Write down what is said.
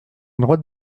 droite